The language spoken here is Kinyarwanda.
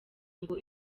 ngo